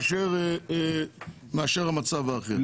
אתם